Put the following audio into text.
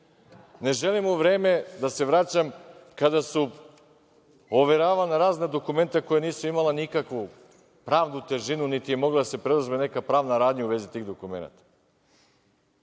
Ne želim da se vraćam u vreme kada su overavana razna dokumenta koja nisu imala nikakvu pravnu težinu, niti je morala da se preuzme neka pravna radnja u vezi tih dokumenata.